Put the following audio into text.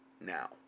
now